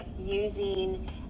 using